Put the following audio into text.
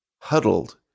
huddled